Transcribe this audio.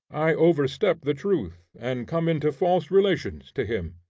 i overstep the truth, and come into false relations to him.